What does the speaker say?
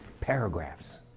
paragraphs